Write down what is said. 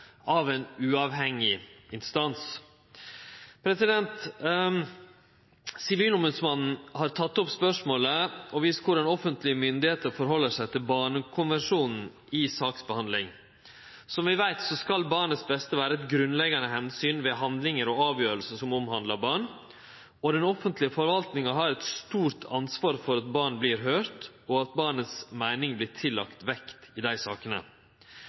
Sivilombodsmannen har teke opp spørsmålet og vist korleis offentlege myndigheiter ser på barnekonvensjonen i saksbehandling. Som vi veit, skal barnets beste vere eit grunnleggjande omsyn ved handlingar og avgjerder som handlar om barn. Den offentlege forvaltinga har eit stort ansvar for at eit barn vert høyrt, og at barnet si meining vert vektlagd i dei sakene.